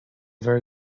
very